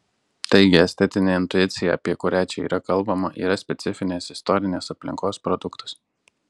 taigi estetinė intuicija apie kurią čia kalbama yra specifinės istorinės aplinkos produktas